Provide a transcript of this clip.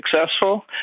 successful